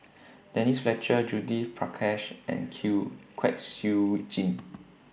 Denise Fletcher Judith Prakash and Q Kwek Siew Jin